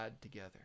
together